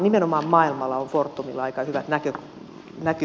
nimenomaan maailmalla on fortumilla aika hyvät näkymät tässä